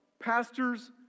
pastors